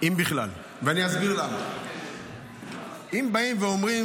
אם בכלל, ואסביר למה: אם באים ואומרים